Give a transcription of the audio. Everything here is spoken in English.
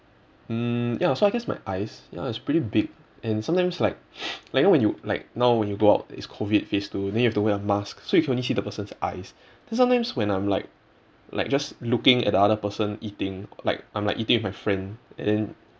mm ya so I guess my eyes ya it's pretty big and sometimes like like you know when you like now when you go out it's COVID phase two and then you have to wear a mask so you can only see the person's eyes so sometimes when I'm like like just looking at the other person eating like I'm like eating with my friend and then